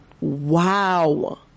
Wow